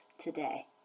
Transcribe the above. today